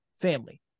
Family